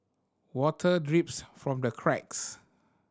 water drips from the cracks